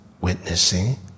witnessing